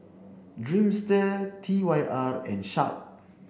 Dreamster T Y R and Sharp